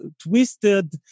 twisted